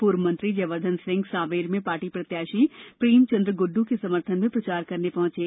पूर्व मंत्री जयवर्धन सिंह ने सावेर में पार्टी प्रत्याशी प्रेमचंद्र गुड्डू के समर्थन में प्रचार करने पहुंचें